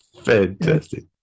Fantastic